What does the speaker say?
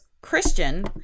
Christian